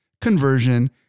conversion